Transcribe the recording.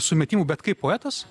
sumetimų bet kai poetas